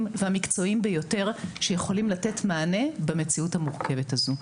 והמקצועיים ביותר שיכולים לתת מענה במציאות המורכבת הזו.